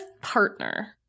partner